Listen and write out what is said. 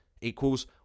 equals